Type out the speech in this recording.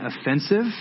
offensive